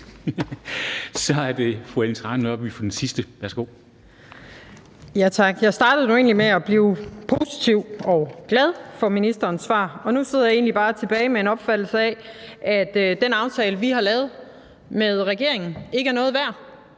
Kl. 13:16 Ellen Trane Nørby (V): Tak. Jeg startede nu egentlig med at blive positiv og glad for ministerens svar. Nu sidder jeg bare tilbage med en opfattelse af, at den aftale, vi har lavet med regeringen, ikke er noget værd.